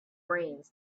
brains